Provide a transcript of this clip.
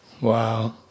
wow